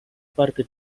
parte